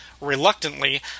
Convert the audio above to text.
Reluctantly